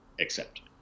accept